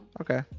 okay